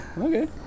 okay